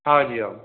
हाँ जी हाँ